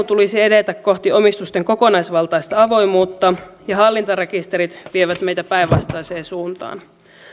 tulisi edetä kohti omistusten kokonaisvaltaista avoimuutta ja hallintarekisterit vievät meitä päinvastaiseen suuntaan